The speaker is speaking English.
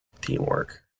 Teamwork